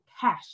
cash